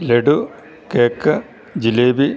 laddu cake jalebi